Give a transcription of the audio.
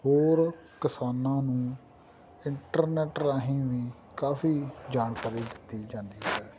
ਹੋਰ ਕਿਸਾਨਾਂ ਨੂੰ ਇੰਟਰਨੈਟ ਰਾਹੀਂ ਵੀ ਕਾਫੀ ਜਾਣਕਾਰੀ ਦਿੱਤੀ ਜਾਂਦੀ ਹੈ